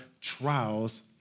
trials